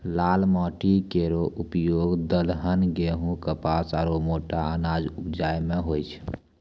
लाल माटी केरो उपयोग दलहन, गेंहू, कपास आरु मोटा अनाज उपजाय म होय छै